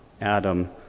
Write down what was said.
Adam